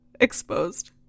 exposed